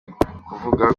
tuvuga